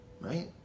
Right